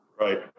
Right